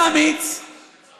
חבר הכנסת חזן.